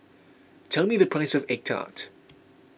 tell me the price of Egg Tart